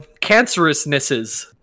Cancerousnesses